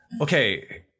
okay